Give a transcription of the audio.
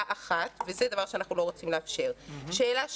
שאלה ראשונה.